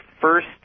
first